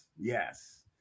Yes